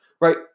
right